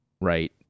right